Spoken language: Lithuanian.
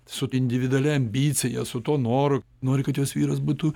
su individualia ambicija su tuo noru nori kad jos vyras būtų